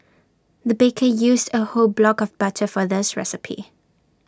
the baker used A whole block of butter for this recipe